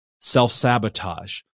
Self-sabotage